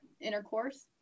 intercourse